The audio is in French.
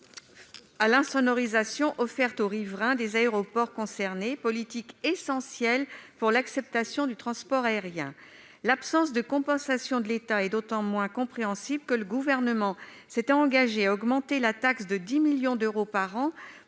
à l'insonorisation offerte aux riverains des aéroports concernés, une politique essentielle pour l'acceptation du transport aérien. L'absence de compensation de l'État est d'autant moins compréhensible que le Gouvernement s'était engagé à augmenter la taxe de 10 millions d'euros par an,